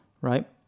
right